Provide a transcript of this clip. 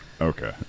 okay